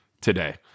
today